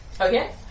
Okay